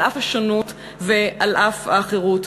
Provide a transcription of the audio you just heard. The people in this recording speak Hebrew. על אף השונות ועל אף החירות.